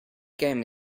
game